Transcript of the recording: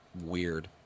weird